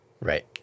Right